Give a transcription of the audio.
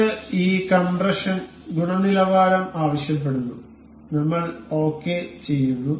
ഇത് ഈ കംപ്രഷൻ ഗുണനിലവാരം ആവശ്യപ്പെടുന്നു നമ്മൾ ഓകെ ചെയ്യുന്നു